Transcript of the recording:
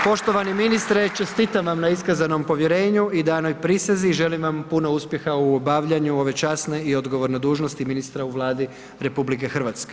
Poštovani ministre, čestitam vam na iskazanom povjerenju i danoj prisezi, želim vam puno uspjeha u obavljanju ove časne i odgovorne dužnosti ministra u Vladi RH.